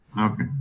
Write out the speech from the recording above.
Okay